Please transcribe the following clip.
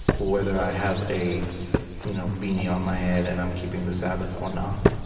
whether i have a you know beanie on my head and i'm keeping the sabbath, or not.